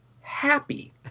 happy